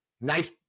Nice